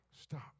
stop